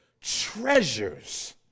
treasures